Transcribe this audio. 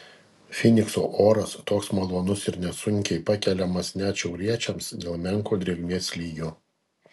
fynikso oras toks malonus ir nesunkiai pakeliamas net šiauriečiams dėl menko drėgmės lygio